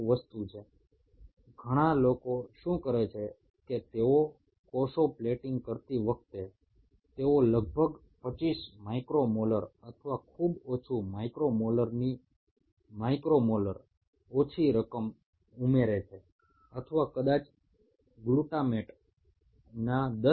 বেশিরভাগ লোকেই যে কাজটি করে তা হলো এই কোষগুলোকে প্লেট করবার সময় অতি সামান্য পরিমাণে প্রায় পঁচিশ মাইক্রোমোলার বা আরো কম প্রায় কুড়ি বা দশ মাইক্রোমোলার গ্লুটামেট যোগ করে দেয়